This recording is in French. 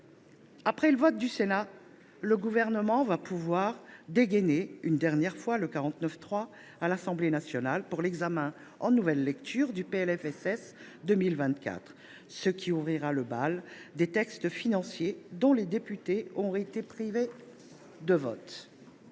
Après le vote du Sénat, le Gouvernement pourra dégainer une dernière fois le 49.3 à l’Assemblée nationale lors de l’examen en nouvelle lecture du PLFSS 2024. Cela ouvrira le bal des textes financiers sur lesquels les députés seront privés de vote.